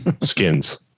skins